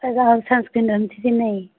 ꯁꯟ ꯏꯁꯀꯔꯤꯟ ꯑꯗꯨꯝ ꯁꯤꯖꯤꯟꯅꯩ